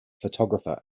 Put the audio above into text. photographer